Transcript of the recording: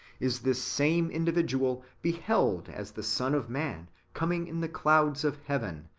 is this same individual beheld as the son of man coming in the clouds of heaven,